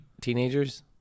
teenagers